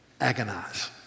agonize